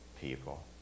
people